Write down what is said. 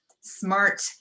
smart